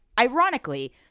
Ironically